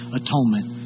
atonement